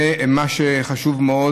ומה שחשוב מאוד,